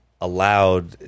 allowed